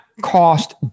cost